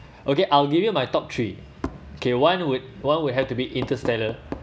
okay I'll give you my top three okay one would one would have to be interstellar